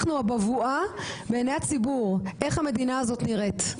אנחנו הבבואה בעיניי הציבור איך המדינה הזאת נראית,